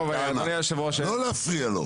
לא להפריע לו.